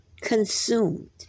consumed